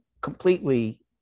completely